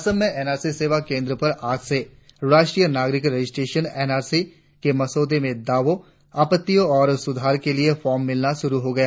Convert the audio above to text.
असम में एनआरसी सेवा केंद्रों पर आज से राष्ट्रीय नागरिक रजिस्टर एन आर सी के मसौदे में दावों आपत्तियों और सुधार के लिए फार्म मिलने शुरु हो गये हैं